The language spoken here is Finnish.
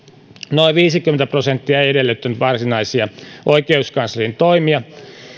noin viisikymmentä prosenttia ei edellyttänyt varsinaisia oikeuskanslerin toimia